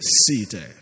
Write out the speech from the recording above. seated